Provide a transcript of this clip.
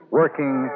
working